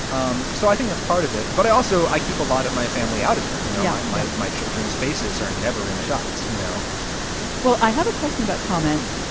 um so i think that's part of it. but i also i keep a lot of my family out of it, you know. yeah. my my children's faces are never in the shots, you know well, i have a question about comments.